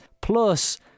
Plus